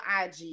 IG